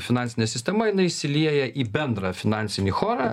finansinė sistema jinai įsilieja į bendrą finansinį chorą